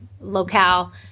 locale